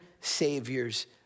Savior's